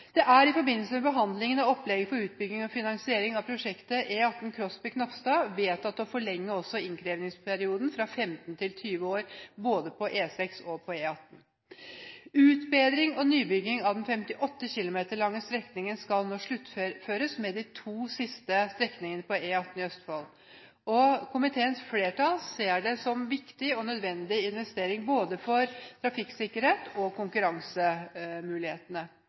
fremlagte opplegget. I forbindelse med behandlingen av opplegget for utbygging og finansiering av prosjektet E18 Krosby–Knapstad er det vedtatt å forlenge også innkrevingsperioden fra 15 til 20 år på både E6 og E18. Utbedring og nybygging av den 58 km lange strekningen skal nå sluttføres med de to siste strekningene på E18 i Østfold. Komiteens flertall ser det som en viktig og nødvendig investering både for trafikksikkerhet og